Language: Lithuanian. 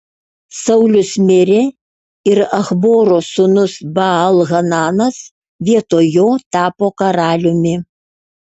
saulius mirė ir achboro sūnus baal hananas vietoj jo tapo karaliumi